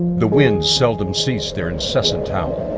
the winds seldom ceased their incessant howling.